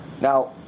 Now